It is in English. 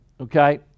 okay